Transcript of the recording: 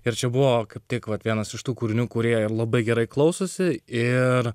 ir čia buvo tik vat vienas iš tų kūrinių kurie labai gerai klausosi ir